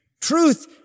Truth